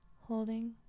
holding